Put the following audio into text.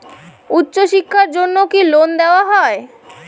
উচ্চশিক্ষার জন্য কি লোন দেওয়া হয়?